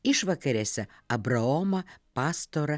išvakarėse abraomą pastorą